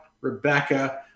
Rebecca